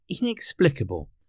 inexplicable